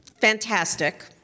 fantastic